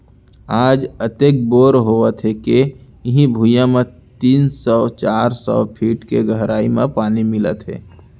आज अतेक बोर होवत हे के इहीं भुइयां म तीन सौ चार सौ फीट के गहरई म पानी मिलत हे